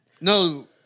No